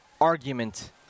argument